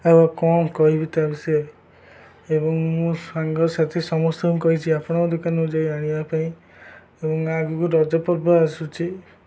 ଆଉ କ'ଣ କହିବି ତା ବିଷୟ ଏବଂ ମୁଁ ସାଙ୍ଗସାଥି ସମସ୍ତଙ୍କୁ କହିଛି ଆପଣଙ୍କ ଦୋକାନକୁ ଯାଇ ଆଣିବା ପାଇଁ ଏବଂ ଆଗକୁ ରଜପର୍ବ ଆସୁଛିି